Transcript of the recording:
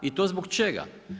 I to zbog čega?